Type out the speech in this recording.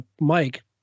Mike